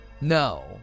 no